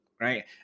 right